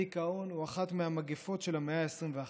הדיכאון הוא אחת המגפות של המאה ה-21,